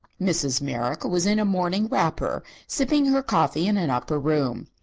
mrs. merrick was in a morning wrapper, sipping her coffee in an upper room.